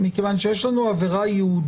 נכון.